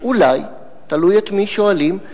אולי, תלוי את מי שואלים.